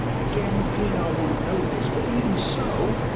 again, pienaar wouldn't know this. but even so,